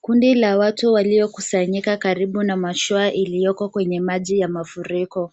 Kundi la watu waliokusanyika karibu na mashua iliyoko kwenye maji ya mafuriko.